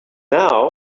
now